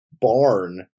barn